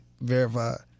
verified